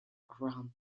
around